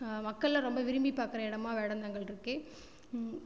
மக்கள்லாம் ரொம்ப விரும்பி பார்க்கற இடமா வேடந்தாங்கல்ருக்கு